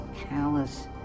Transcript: callous